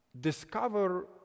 discover